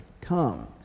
come